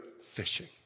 fishing